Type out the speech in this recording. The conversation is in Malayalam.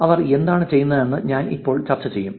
അവർ എന്താണ് ചെയ്തതെന്ന് ഞാൻ ഇപ്പോൾ ചർച്ച ചെയ്യും